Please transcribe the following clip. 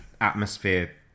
atmosphere